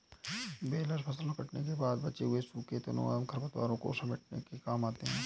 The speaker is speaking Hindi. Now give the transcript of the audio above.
बेलर फसल कटने के बाद बचे हुए सूखे तनों एवं खरपतवारों को समेटने के काम आते हैं